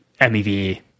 MEV